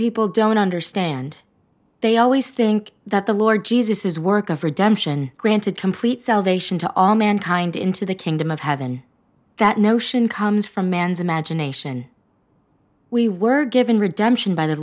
people don't understand they always think that the lord jesus his work of redemption granted complete salvation to all mankind into the kingdom of heaven that notion comes from man's imagination we were given redemption by the